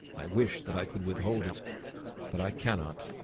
i wish that i could withhold it but i cannot